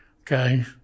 okay